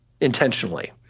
intentionally –